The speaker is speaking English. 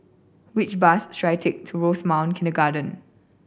which bus should I take to Rosemount Kindergarten